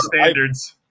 standards